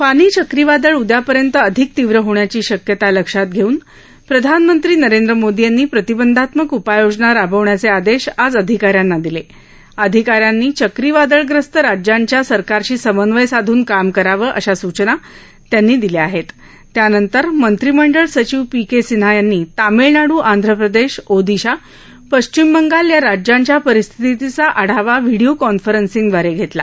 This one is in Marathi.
फानी च्रकवादळ उद्यापर्यंत अधिक तीव्र होण्याची शक्यता लक्षात घस्तिन प्रधानमंत्री नरेंद्र मोदी यांनी प्रतिबंधात्मक उपाययोजना राबवण्याच आदधी आज अधिकाऱ्यांना दिल अधिकाऱ्यांनी चक्रीवादळग्रस्त राज्यांच्या सरकारशी समन्वय साधून काम करावं अशा सूचना त्यांनी दिल्या आहप्त त्यानंतर मंत्रीमंडळ सचीव पी का सिन्हा यांनी तामीळनाडू आंध्रप्रदक्ष ओदिशा पश्चिम बंगाल या राज्यांच्या परिस्थितीचा आढावा व्हिडीओ कॉन्फरन्सिंगद्वारक्तिमा